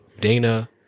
Dana